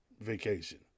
vacation